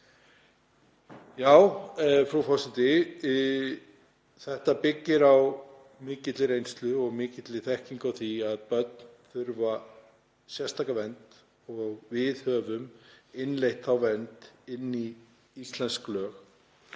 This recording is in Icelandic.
Já, frú forseti. Þetta byggir á mikilli reynslu og mikilli þekkingu á því að börn þurfi sérstaka vernd og við höfum innleitt þá vernd inn í íslensk lög.